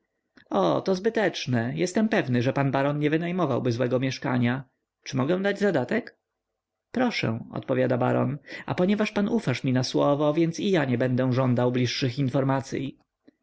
o to zbyteczne jestem pewny że pan baron nie wynajmowałby złego mieszkania czy mogę dać zadatek proszę odpowiada baron a ponieważ pan ufasz mi na słowo więc i ja nie będę żądał bliższych informacyj